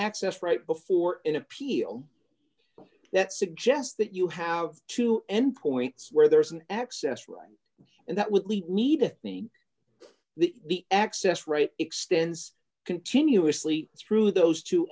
access right before an appeal that suggests that you have to end points where there is an excess right and that would lead me to the access right extends continuously through those t